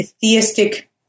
theistic